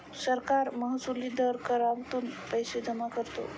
सरकार महसुली दर करातून पैसे जमा करते